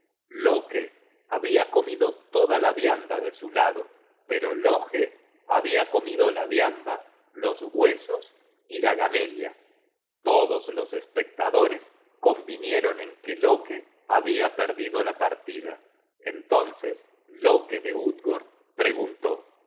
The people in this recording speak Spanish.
gamella loke habia comido toda la vianda de su lado pero loge habia comido la vianda los huesos y la gamella todos los espectadores convinieron en que loke habia perdido la partida entonces loke de utgord preguntó